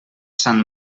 sant